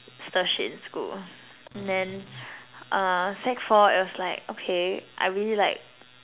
stir shit in school then uh sec four was like okay I really like